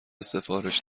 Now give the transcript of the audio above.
سفارش